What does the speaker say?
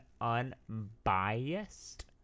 unbiased